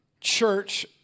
church